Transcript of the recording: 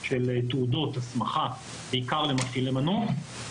של תעודות הסמכה בעיקר למפעילי מנוף,